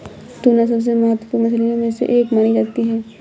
tuna सबसे महत्त्वपूर्ण मछलियों में से एक मानी जाती है